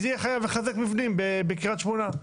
הוא יהיה חייב לחזק מבנים בקרית שמונה.